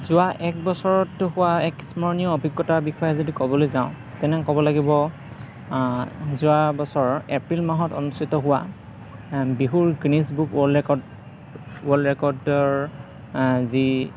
যোৱা এক বছৰত হোৱা স্মৰনীয় অভিজ্ঞতা বুলি যদি ক'বলৈ যাওঁ তেন্তে ক'ব লাগিব যোৱা বছৰ এপ্ৰিল মাহত অনুষ্ঠিত হোৱা বিহুৰ Guinness book world record world ৰেকৰ্ডৰ যি